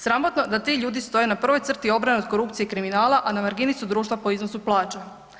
Sramotno da ti ljudi stoje na prvoj crti obrane od korupcije i kriminala a na margini su društva po iznosu plaća.